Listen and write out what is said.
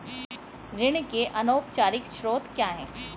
ऋण के अनौपचारिक स्रोत क्या हैं?